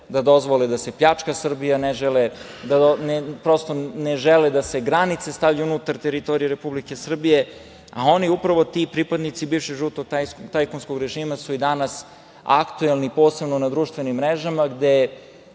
da dozvole da se pljačka Srbija, ne žele da se granice stavljaju unutar teritorije Republike Srbije, a oni, upravo ti pripadnici bivšeg žutog tajkunskog režima su i danas aktuelni, posebno na društvenim mrežama, gde